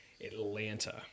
Atlanta